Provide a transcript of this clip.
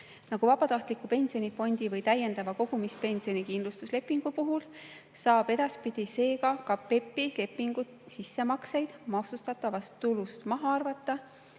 Nagu vabatahtliku pensionifondi või täiendava kogumispensioni kindlustuslepingu puhul, saab edaspidi ka PEPP-i lepingu sissemakseid maksustatavast tulust maha arvata